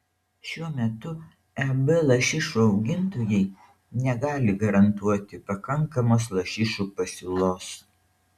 šiuo metu eb lašišų augintojai negali garantuoti pakankamos lašišų pasiūlos